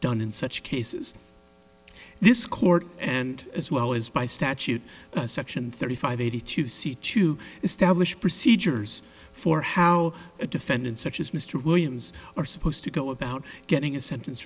done in such cases this court and as well as by statute section thirty five eighty two seek to establish procedures for how a defendant such as mr williams are supposed to go about getting a sentence